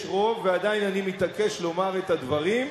יש רוב, ועדיין אני מתעקש לומר את הדברים,